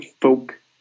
folk